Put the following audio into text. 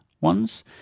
ones